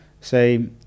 say